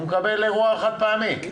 הוא מקבל אירוע חד פעמי.